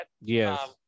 Yes